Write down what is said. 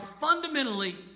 fundamentally